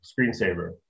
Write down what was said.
screensaver